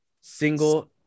single